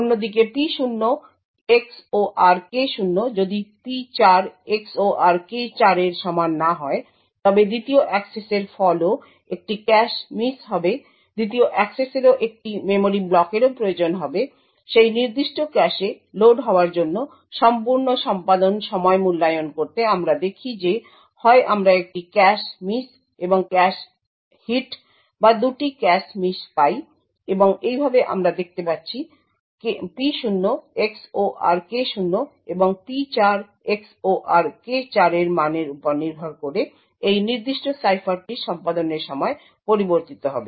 অন্যদিকে P0 XOR K0 যদি P4 XOR K4 এর সমান না হয় তবে দ্বিতীয় অ্যাক্সেসের ফলও একটি ক্যাশ মিস হবে দ্বিতীয় অ্যাক্সেসেরও একটি মেমরি ব্লকেরও প্রয়োজন হবে সেই নির্দিষ্ট ক্যাশে লোড হওয়ার জন্য সম্পূর্ণ সম্পাদন সময় মূল্যায়ন করতে আমরা দেখি যে হয় আমরা একটি ক্যাশ মিস এবং একটি ক্যাশ হিট বা দুটি ক্যাশ মিস পাই এবং এইভাবে আমরা দেখতে পাচ্ছি P0 XOR K0 এবং P4 XOR K4 এর মানের উপর নির্ভর করে এই নির্দিষ্ট সাইফারটির সম্পাদনের সময় পরিবর্তিত হবে